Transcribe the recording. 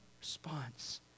response